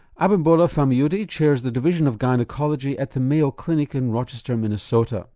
abimbola famuyide chairs the division of gynaecology at the mayo clinic in rochester minnesota.